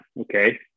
Okay